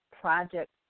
project